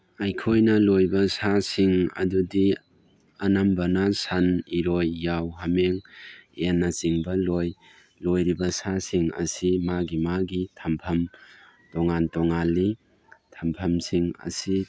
ꯑꯩꯈꯣꯏꯅ ꯂꯣꯏꯕ ꯁꯥꯁꯤꯡ ꯑꯗꯨꯗꯤ ꯑꯅꯝꯕꯅ ꯁꯟ ꯏꯔꯣꯏ ꯌꯥꯎ ꯍꯥꯃꯦꯡ ꯌꯦꯟꯅꯆꯤꯡꯕ ꯂꯣꯏ ꯂꯣꯏꯔꯤꯕ ꯁꯥꯁꯤꯡ ꯑꯁꯤ ꯃꯥꯒꯤ ꯃꯥꯒꯤ ꯊꯝꯐꯝ ꯇꯣꯉꯥꯟ ꯇꯣꯉꯥꯜꯂꯤ ꯊꯝꯐꯝꯁꯤꯡ ꯑꯁꯤ